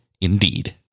indeed